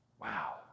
Wow